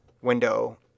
window